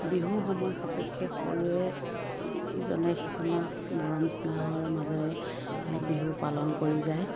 বিহু সময় সাপেক্ষে সকলোৱে ইজনে সিজনক মৰম স্নেহৰ মাজেৰে বিহু পালন কৰি যায়